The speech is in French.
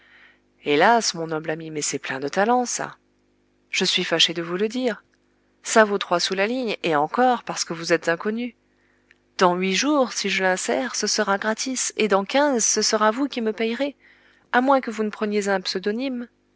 hélas mon noble ami mais c'est plein de talent ça je suis fâché de vous le dire ça vaut trois sous la ligne et encore parce que vous êtes inconnu dans huit jours si je l'insère ce sera gratis et dans quinze ce sera vous qui me payerez à moins que vous ne preniez un pseudonyme